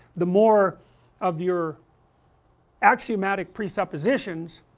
the more of your axiomatic presuppositions